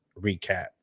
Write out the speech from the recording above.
recap